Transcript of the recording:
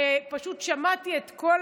ופשוט שמעתי את כל